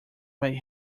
might